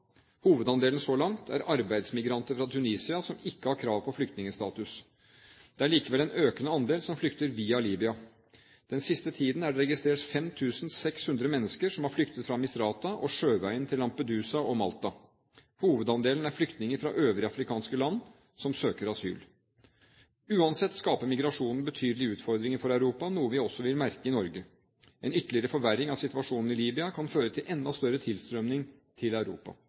Hovedandelen så langt er arbeidsimmigranter fra Tunisia som ikke har krav på flyktningstatus. Det er likevel en økende andel som flykter via Libya. Den siste tiden er det registrert 5 600 mennesker som har flyktet fra Misrata og sjøveien til Lampedusa og Malta. Hovedandelen er flyktninger fra øvrige afrikanske land som søker asyl. Uansett skaper migrasjonen betydelige utfordringer for Europa, noe vi også vil merke i Norge. En ytterligere forverring av situasjonen i Libya kan føre til enda større tilstrømming til Europa.